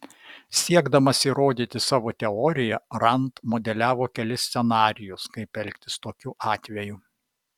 siekdamas įrodyti savo teoriją rand modeliavo kelis scenarijus kaip elgtis tokiu atveju